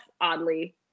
oddly